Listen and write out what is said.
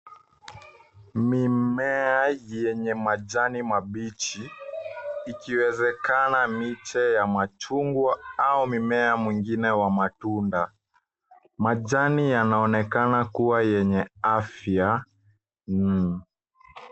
Mimea yenye majani mabichi ikiwezekana miche ya machungwa au mimea mwingine wa matunda. Majani yanaonekana kua yenye afya.